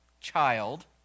child